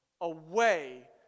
away